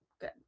good